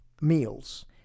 meals